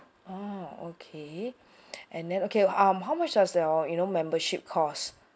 uh okay and then okay um how much does your you know membership costs